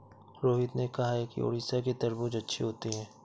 रोहित ने कहा कि उड़ीसा के तरबूज़ अच्छे होते हैं